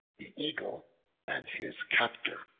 the eagle and his captor